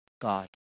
God